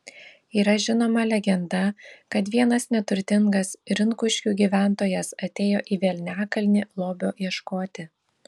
yra žinoma legenda kad vienas neturtingas rinkuškių gyventojas atėjo į velniakalnį lobio ieškoti